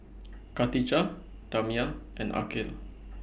Katijah Damia and Aqil